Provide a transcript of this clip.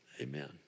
amen